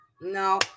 no